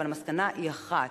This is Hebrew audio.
אבל המסקנה היא אחת: